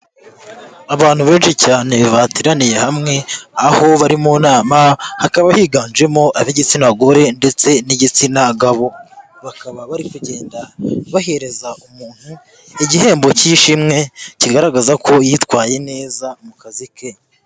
Abantu benshi cyane bateraniye hamwe aho bari mu nama. Hakaba higanjemo ab'igitsina gore ndetse n'igitsina gabo. Bakaba bari kugenda bahereza umuntu igihembo k'ishimwe kigaragaza ko yitwaye neza mu kazi ke.